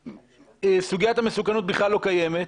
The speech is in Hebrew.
שסוגיית המסוכנות בכלל לא קיימת,